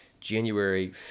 January